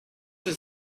does